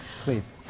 Please